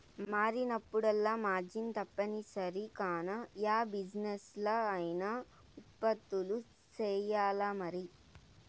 మారినప్పుడల్లా మార్జిన్ తప్పనిసరి కాన, యా బిజినెస్లా అయినా ఉత్పత్తులు సెయ్యాల్లమరి